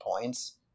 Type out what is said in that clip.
points